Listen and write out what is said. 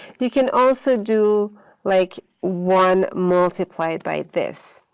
you can also do like one multiplied by this.